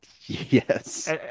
Yes